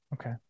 Okay